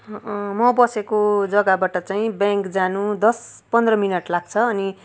म बसेको जगाबाट चाहिँ ब्याङ्क जानु दस पन्ध्र मिनट लाग्छ अनि